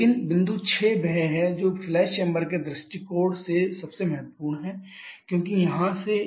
लेकिन बिंदु 6 वह है जो फ्लैश चैंबर के दृष्टिकोण से सबसे महत्वपूर्ण है क्योंकि यहां से